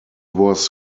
was